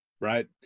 right